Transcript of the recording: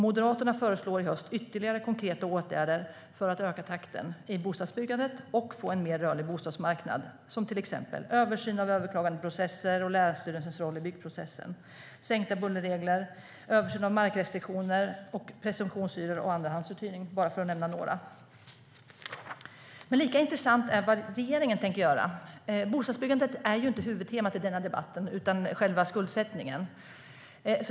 Moderaterna föreslår i höst ytterligare konkreta åtgärder för att öka takten i bostadsbyggandet och få en mer rörlig bostadsmarknad, till exempel översyn av överklagandeprocesser och av länsstyrelsens roll i byggprocessen, sänkta bullerregler, översyn av markrestriktioner, presumtionshyror och andrahandsuthyrning, för att bara nämna något. Men lika intressant är vad regeringen tänker göra. Bostadsbyggandet är inte huvudtemat i denna debatt utan själva skuldsättningen.